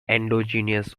endogenous